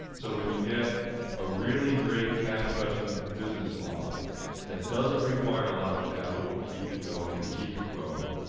so when you get a really great cash-gushing business model that doesn't require a lot of capital to keep it going and keep it growing,